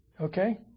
Okay